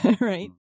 Right